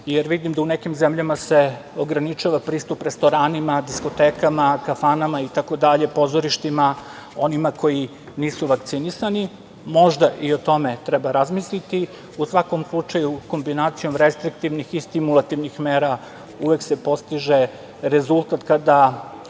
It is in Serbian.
jer vidim da u nekim zemljama se ograničava pristup restoranima, diskotekama, kafanama, pozorištima, onima koji nisu vakcinisani. Možda i o tome treba razmisliti. U svakom slučaju kombinacijom restriktivnih i stimulativnih mera uvek se postiže rezultat kada